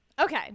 Okay